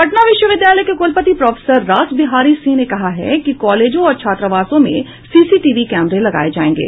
पटना विश्वविद्यालय के कुलपति प्रोफेसर रास बिहारी सिंह ने कहा है कि कॉलेजों और छात्रावासों में सीसीटीवी कैमरे लगाये जायेंगे